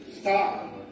Stop